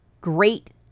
great